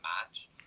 match